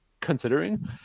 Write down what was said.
considering